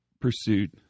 pursuit